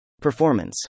Performance